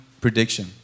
prediction